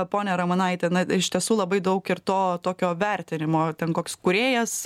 ponia ramonaite na iš tiesų labai daug ir to tokio vertinimo ten koks kūrėjas